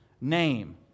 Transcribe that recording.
Name